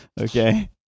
Okay